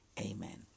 Amen